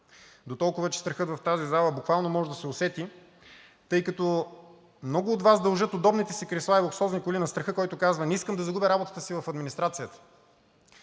Дотолкова, че страхът в тази зала буквално може да се усети, тъй като много от Вас дължат удобните си кресла и луксозни коли на страха, който казва: „Не искам да загубя работата си в администрацията!“,